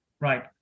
Right